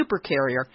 supercarrier